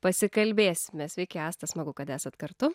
pasikalbėsime sveiki asta smagu kad esat kartu